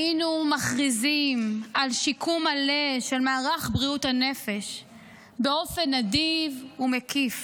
היינו מכריזים על שיקום מלא של מערך בריאות הנפש באופן נדיב ומקיף,